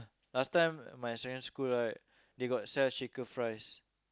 last time my secondary school right they got sell shaker fries